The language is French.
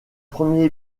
premier